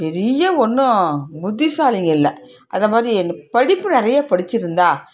பெரிய ஒன்றும் புத்திசாலிங்கள் இல்லை அந்த மாதிரி அந்த படிப்பு நிறைய படிச்சிருந்தால்